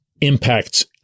impacts